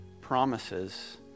promises